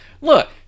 Look